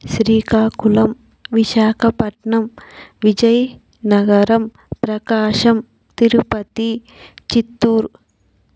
Srikakulam Visakhapatnam Vizianagaram Prakasam Tirupati Chittoor